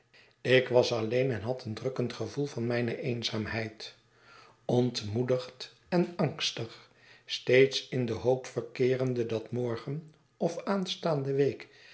ik was alleen en had een drukkend gevoel van mijne eenzaamheid ontmoedigd en angstig steeds in de hoop verkeerende dat morgen of aanstaande week